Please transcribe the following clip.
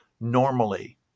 normally